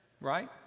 right